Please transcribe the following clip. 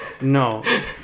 No